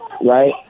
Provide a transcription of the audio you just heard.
Right